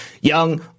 young